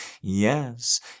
Yes